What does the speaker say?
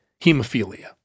hemophilia